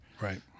Right